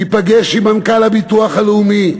תיפגש עם מנכ"ל הביטוח הלאומי,